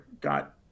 got